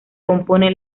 compone